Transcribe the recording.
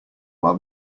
while